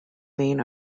main